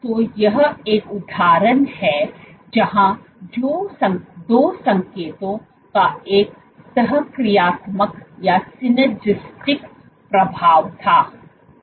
तो यह एक उदाहरण है जहां दो संकेतों का एक सहक्रियात्मक प्रभाव था